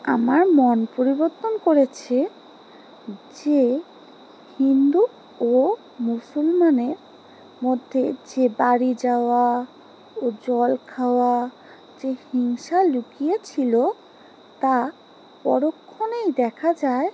আমার মন পরিবর্তন করেছে যে হিন্দু ও মুসলমানের মধ্যে যে বাড়ি যাওয়া ও জল খাওয়া যে হিংসা লুকিয়েছিলো তা পরক্ষণেই দেখা যায়